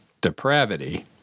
depravity